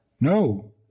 No